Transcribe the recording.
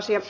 asia